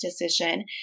decision